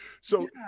So-